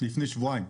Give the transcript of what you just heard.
לפני שבועיים,